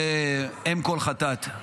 זה אם כל חטאת.